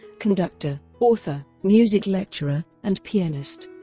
conductor, author, music lecturer, and pianist.